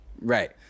Right